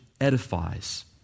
edifies